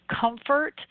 comfort